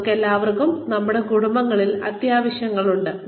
നമുക്കെല്ലാവർക്കും നമ്മുടെ കുടുംബങ്ങളിൽ അത്യാവശ്യങ്ങൾ ഉണ്ട്